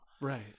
Right